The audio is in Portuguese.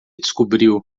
descobriu